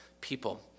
people